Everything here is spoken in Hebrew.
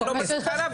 היא לא מצליחה להביא.